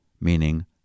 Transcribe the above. meaning